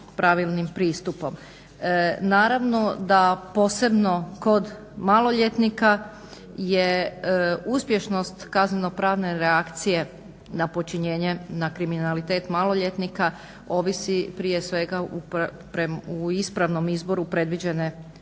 Naravno da posebno kod maloljetnika je uspješnost kazneno-pravne reakcije na počinjenje, na kriminalitet maloljetnika ovisi prije svega u ispravnom izboru predviđene sankcije.